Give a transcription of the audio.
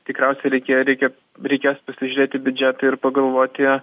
tikriausiai reikėjo reikia reikės pasižiūrėt į biudžetą ir pagalvoti